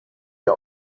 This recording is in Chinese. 具有